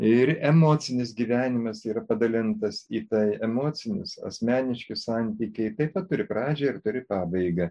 ir emocinis gyvenimas yra padalintas į tai emocinis asmeniškas santykiai taip pat turi pradžią ir turi pabaigą